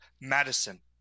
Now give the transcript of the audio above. Madison